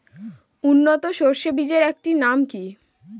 উন্নত সরষে বীজের একটি নাম কি?